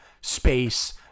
Space